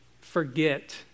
forget